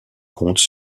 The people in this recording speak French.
compte